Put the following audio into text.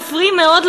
מפריעים מאוד,